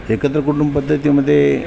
एकत्र कुटुंबपद्धतीमध्ये